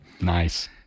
nice